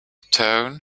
tone